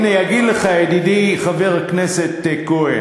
הנה, יגיד לך ידידי, חבר הכנסת כהן: